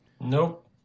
Nope